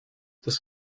das